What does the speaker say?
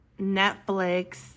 Netflix